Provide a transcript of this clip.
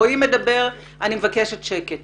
רועי מדבר, אני מבקשת שקט.